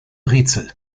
rätsel